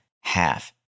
Half